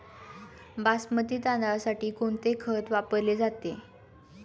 बासमती तांदळासाठी कोणते खत वापरले जाते?